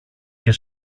και